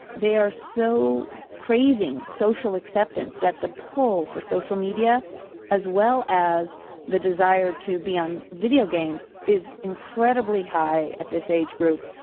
they are so craving social acceptance that the pull for social media as well as the desire to be on video games is incredibly high at this age group,